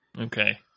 okay